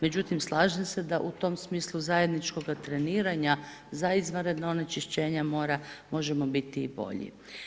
Međutim slažem se da u tom smislu zajedničkoga treniranja za izvanredna onečišćenja mora možemo biti i bolji.